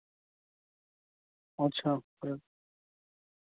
اچھا کر